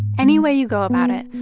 any way you go about it,